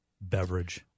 beverage